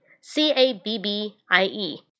C-A-B-B-I-E